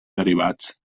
derivats